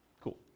Cool